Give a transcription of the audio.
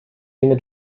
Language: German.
dinge